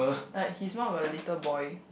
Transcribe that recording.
like he's one of a little boy